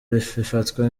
bifatwa